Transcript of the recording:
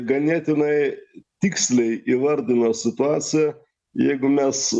ganėtinai tiksliai įvardino situaciją jeigu mes